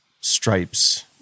stripes